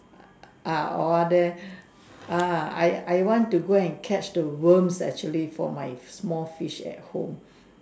ah owe there ah I I want to go and catch the worm actually for my small fish at home